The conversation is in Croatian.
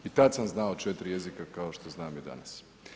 I tad sam znao 4 jezika kao što znam i danas.